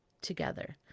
together